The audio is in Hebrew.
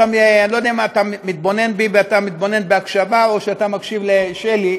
אני לא יודע אם אתה מתבונן בי בהקשבה או שאתה מקשיב לשלי,